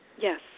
Yes